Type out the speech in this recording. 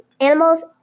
animals